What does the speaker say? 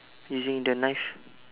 using the knife